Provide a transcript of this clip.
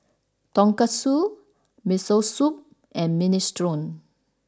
Tonkatsu Miso Soup and Minestrone